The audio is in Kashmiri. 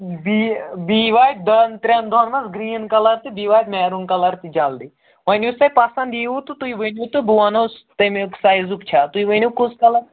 بی بی واتہِ دۄن ترٛٮ۪ن دۄہَن منٛز گرٛیٖن کَلَر تہٕ بیٚیہِ واتہِ میروٗن کَلَر تہِ جلدی وۄنۍ یُس تۄہہِ پَسنٛد یِیٖوٕ تہٕ تُہۍ ؤنِو تہٕ بہٕ وَنو تَمیُک سایزُک چھا تُہۍ ؤنِو کُس کَلَر